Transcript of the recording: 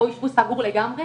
או אשפוז סגור לגמרי